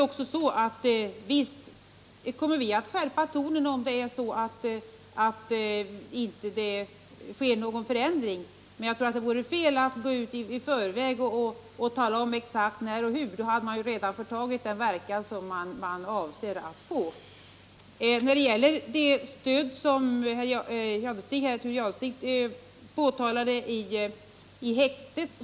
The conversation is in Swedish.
Visst kommer vi att skärpa tonen om det inte blir någon förändring. Men jag tror att det vore fel att i förväg tala om exakt när och hur —- då har man redan förtagit verkan av skärpningen. Thure Jadestig tog upp stödet under tiden i häktet.